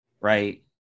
Right